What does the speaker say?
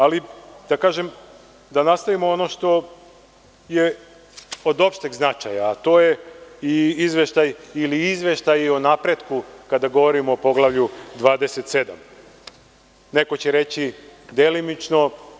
Ali, da nastavimo ono što je od opšteg značaja, a to su izveštaji o napretku kada govorimo o poglavlju 27, neko će reći delimično.